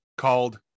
Called